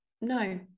no